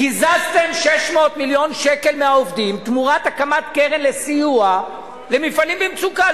קיזזתם 600 מיליון שקל מהעובדים תמורת הקמת קרן לסיוע למפעלים במצוקה,